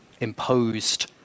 imposed